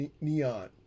Neon